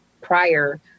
prior